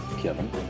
Kevin